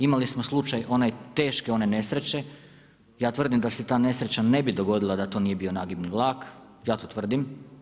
Imali smo slučaj onaj, teške one nesreće, ja tvrdim da se ta nesreća ne bo dogodila da to nije bio nagibni vlak, ja to tvrdim.